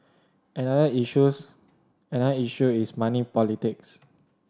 another issues another issue is money politics